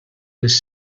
les